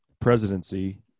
presidency